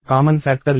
common factor లేదు